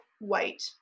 white